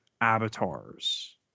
avatars